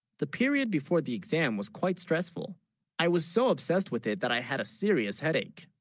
the period before the exam, was quite stressful i was so obsessed with it that i had a serious headache